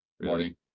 morning